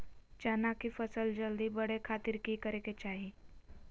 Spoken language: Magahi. चना की फसल जल्दी बड़े खातिर की करे के चाही?